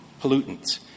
pollutants